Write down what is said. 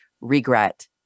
regret